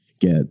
get